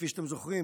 כפי שאתם זוכרים,